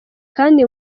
kandi